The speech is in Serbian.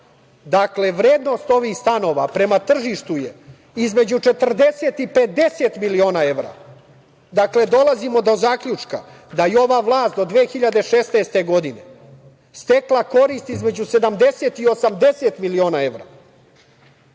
Dakle, vrednost ovih stanova prema tržištu je između 40 i 50 miliona evra. Dolazimo do zaključka da i ova vlast do 2016. godine stekla korist između 70 i 80 miliona evra. Moje